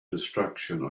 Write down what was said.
destruction